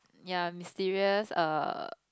ya mysterious err